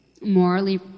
morally